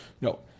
No